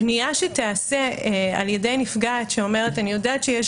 פנייה שתיעשה על ידי נפגעת שאומרת: אני יודעת שיש